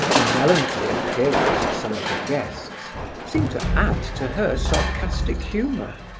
the melancholy appearance of some of her guests seemed to add to her sarcastic humour,